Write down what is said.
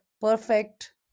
perfect